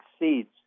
exceeds